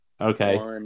Okay